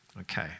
Okay